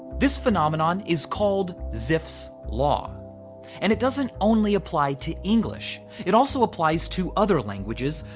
this phenomenon is called zipf's law and it doesn't only apply to english. it also applies to other languages,